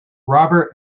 robert